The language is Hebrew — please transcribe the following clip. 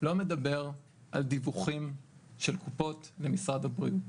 לא מדבר על דיווחים של קופות ומשרד הבריאות.